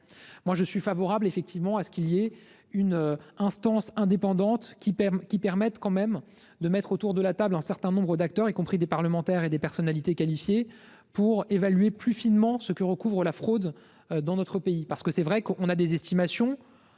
je suis favorable à ce qu'il y ait une instance indépendante qui permette de placer autour d'une table un certain nombre d'acteurs, y compris des parlementaires et des personnalités qualifiées, pour évaluer plus finement ce que recouvre la fraude dans notre pays. Il est vrai que nous avons des estimations